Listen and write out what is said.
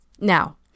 now